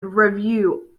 revue